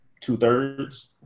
two-thirds